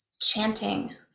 chanting